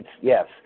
Yes